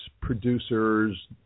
producers